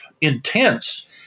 intense